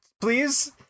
Please